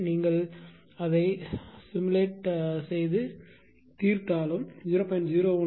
நீங்கள் தீர்த்தாலும் 0